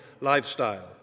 lifestyle